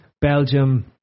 Belgium